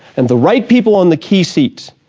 and the right people on the key seats,